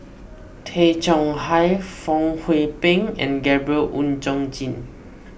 Tay Chong Hai Fong Hoe Beng and Gabriel Oon Chong Jin